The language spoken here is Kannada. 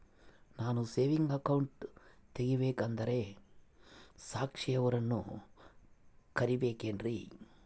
ನಾನು ಸೇವಿಂಗ್ ಅಕೌಂಟ್ ತೆಗಿಬೇಕಂದರ ಸಾಕ್ಷಿಯವರನ್ನು ಕರಿಬೇಕಿನ್ರಿ?